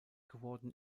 geworden